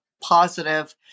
positive